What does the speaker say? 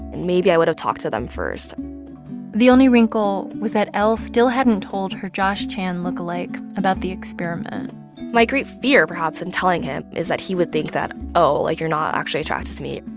and maybe i would have talked to them first the only wrinkle was that l still hadn't told her josh chan look-alike about the experiment l my great fear, perhaps, in telling him is that he would think that, oh, like, you're not actually attracted to me.